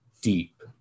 deep